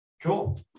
Cool